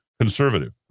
conservative